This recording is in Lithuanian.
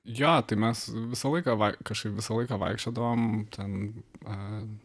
jo tai mes visą laiką vai kažkaip visą laiką vaikščiodavom ten a